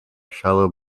shallow